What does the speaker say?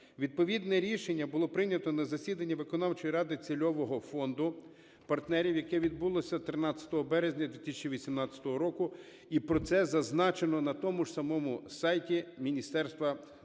Відповідне рішення було прийнято на засіданні виконавчої ради цільового фонду партнерів, яке відбулося 13 березня 2018 року, і про це зазначено на тому ж самому сайті даного міністерства.